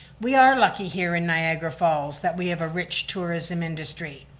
we are lucky here in niagara falls that we have a rich tourism industry.